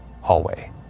hallway